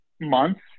months